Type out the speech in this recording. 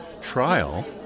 trial